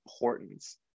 importance